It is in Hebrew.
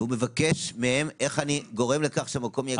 והוא מבקש מהם איך הוא גורם לכך שהמקום יהיה כשר.